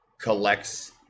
collects